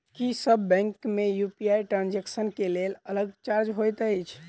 की सब बैंक मे UPI transaction केँ लेल अलग चार्ज होइत अछि?